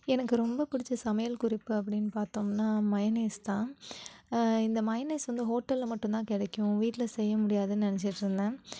எனக்கு ரொம்ப பிடிச்ச சமையல் குறிப்பு அப்படின் பார்த்தோம்னா மையோனஸ் தான் இந்த மையோனஸ் வந்து ஹோட்டலில் மட்டும்தான் கிடைக்கும் வீட்டில் செய்ய முடியாதுன்னு நினச்சிட்டு இருந்தேன்